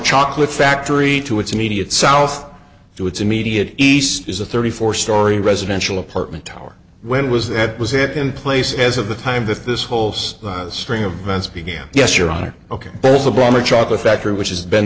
chocolate factory to its immediate south to its immediate east is a thirty four story residential apartment tower when was that was it in place as of the time that this holds the string of events began yes your honor ok there's a bomber chocolate factory which is been